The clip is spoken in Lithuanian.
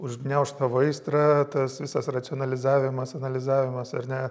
užgniauš tavo aistrą tas visas racionalizavimas analizavimas ar ne